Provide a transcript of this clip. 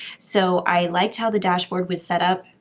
so, i liked how the dashboard was set up,